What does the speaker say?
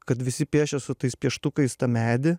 kad visi piešė su tais pieštukais tą medį